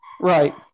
Right